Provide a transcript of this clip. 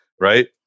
right